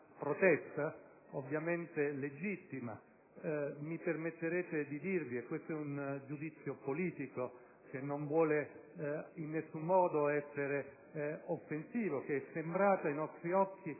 protesta, ovviamente legittima. Ma mi permetterete di dirvi - e questo è un giudizio politico che non vuole in nessuno modo essere offensivo - che ai nostri occhi